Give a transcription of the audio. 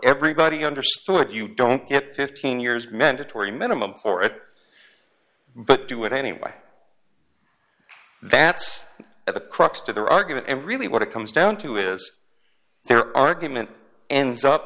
everybody understood you don't get fifteen years men dettori minimum for it but do it anyway that's at the crux to their argument and really what it comes down to is their argument ends up